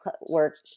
work